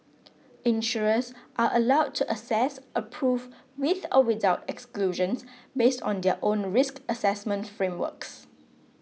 insurers are allowed to assess approve with or without exclusions based on their own risk assessment frameworks